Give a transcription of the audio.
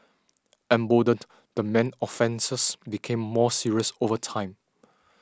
emboldened the man's offences became more serious over time